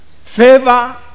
favor